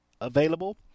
available